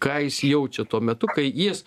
ką jis jaučia tuo metu kai jis